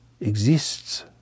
exists